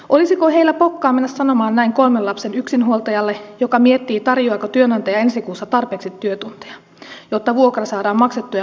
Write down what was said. olisiko heillä pokkaa mennä sanomaan näin kolmen lapsen yksinhuoltajalle joka miettii tarjoaako työnantaja ensi kuussa tarpeeksi työtunteja jotta vuokra saadaan maksettua ja lapsille ruokaa